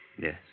Yes